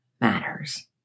matters